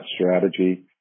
strategy